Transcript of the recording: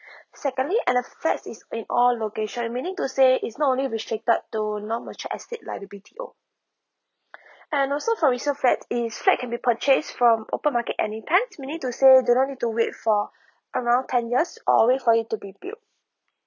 secondly and the flats is in all location meaning to say it's not only restricted to non mature estate like the B_T_O and also for resale flat is flat can be purchase from open market anytime meaning to say do not need to wait for around ten years or wait for it to be built